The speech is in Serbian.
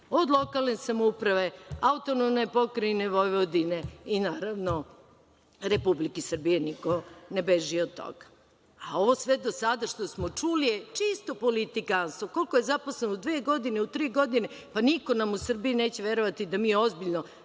od lokalne samouprave, AP Vojvodine i, naravno, Republike Srbije. Niko ne beži od toga. Ovo sve do sada što smo čuli je čisto politikanstvo - koliko je zaposleno u dve godine, u tri godine, pa niko nam u Srbiji neće verovati da mi ozbiljno